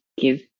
give